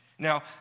Now